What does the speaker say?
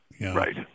Right